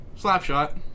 Slapshot